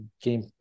game